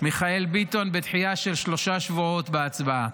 מיכאל ביטון דחייה של שלושה שבועות בהצבעה.